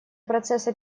процесса